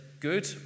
good